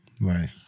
right